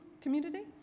community